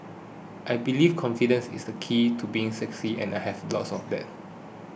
I believe confidence is the key to being sexy and I have loads of that